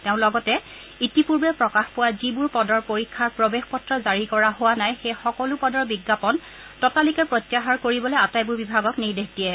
তেওঁ লগতে ইতিপূৰ্বে প্ৰকাশ পোৱা যিবোৰ পদৰ পৰীক্ষাৰ প্ৰৱেশ পত্ৰ জাৰি কৰা হোৱা নাই সেই সকলো পদৰ বিজ্ঞাপন ততালিকে প্ৰত্যাহাৰ কৰিবলৈ আটাইবোৰ বিভাগক নিৰ্দেশ দিয়ে